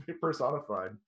personified